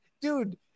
dude